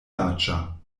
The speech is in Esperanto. aĝa